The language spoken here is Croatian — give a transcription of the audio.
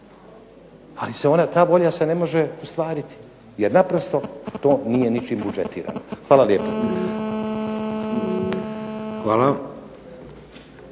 se ta volja ne može ostvariti, jer naprosto to nije ničiji budžet. Hvala lijepo.